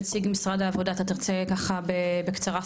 נציג משרד העבודה אתה תרצה ככה בקצרה?